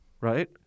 Right